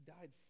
died